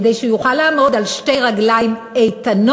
כדי שהוא יוכל לעמוד על שתי רגליים איתנות,